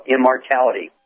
Immortality